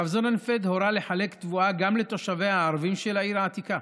הרב זוננפלד הורה לחלק תבואה גם לתושביה הערבים של העיר העתיקה,